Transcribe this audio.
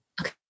Okay